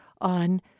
on